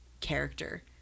character